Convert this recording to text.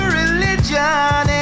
religion